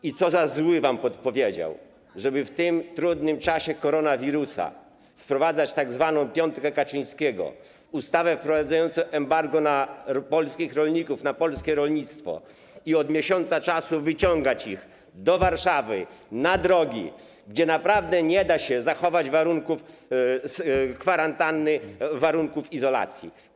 I co za zły wam podpowiedział, żeby w tym trudnym czasie koronawirusa wprowadzać tzw. piątkę Kaczyńskiego, ustawę wprowadzającą embargo na polskich rolników, na polskie rolnictwo, i od miesiąca wyciągać ich do Warszawy, na drogi, gdzie naprawdę nie da się zachować warunków kwarantanny, warunków izolacji?